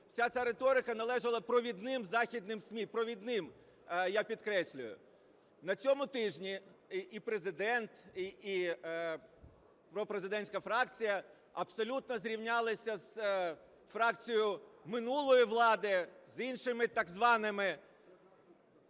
вся ця риторика належала провідним західним ЗМІ, провідним, я підкреслюю. На цьому тижні і Президент, і пропрезидентська фракція абсолютно зрівнялися з фракцією минулої влади, з іншими так званими